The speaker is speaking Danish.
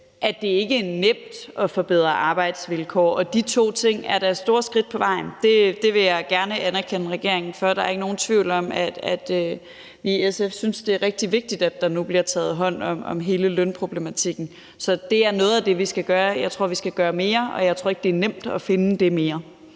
at det ikke er nemt at forbedre arbejdsvilkår, og de to ting er da store skridt på vejen. Det vil jeg gerne anerkende regeringen for. Der er ikke nogen tvivl om, at vi i SF synes, det er rigtig vigtigt, at der nu bliver taget hånd om hele lønproblematikken. Så det er noget af det, vi skal gøre. Jeg tror, vi skal gøre mere, men jeg tror ikke, det er nemt at finde dette mere.